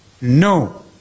no